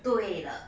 对了